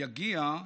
יגיע,